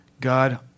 God